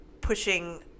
pushing